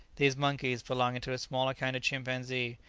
these monkeys, belonging to a smaller kind of chimpanzee,